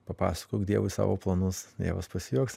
papasakok dievui savo planus dievas pasijuoks